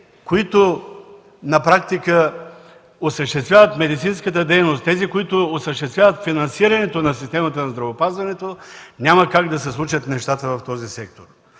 които на практика осъществяват медицинската дейност, тези, които осъществяват финансирането на системата на здравеопазването, няма как да се случат нещата в този сектор.